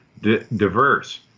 diverse